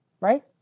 Right